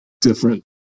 different